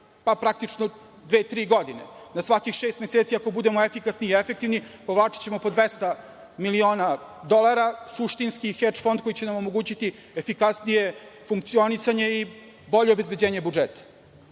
pa praktično dve, tri godine, na svakih šest meseci, ako budemo efikasni i efektivni, provlačićemo po 200 miliona dolara, suštinski „heč“ fond koji će nam omogućiti efikasnije funkcionisanje i bolje obezbeđenje budžeta. Kada